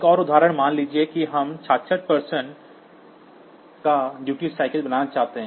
एक और उदाहरण मान लीजिए कि हम 66 प्रतिशत का उपयोगिता अनुपात बनाना चाहते हैं